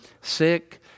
sick